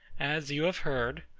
as you have heard,